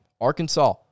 Arkansas